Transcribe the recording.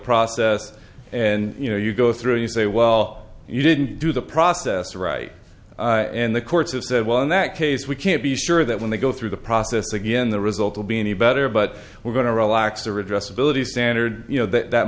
process and you know you go through you say well you didn't do the process right and the courts have said well in that case we can't be sure that when they go through the process again the result will be any better but we're going to relax or addressability standard you know that